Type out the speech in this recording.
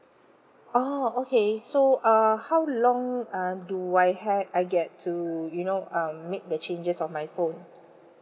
oh okay so uh how long uh do I have I get to you know um make the changes of my phone